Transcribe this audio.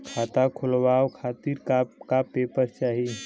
खाता खोलवाव खातिर का का पेपर चाही?